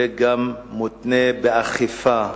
מותנה הרבה גם באכיפה,